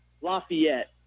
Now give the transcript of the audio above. Lafayette